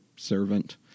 servant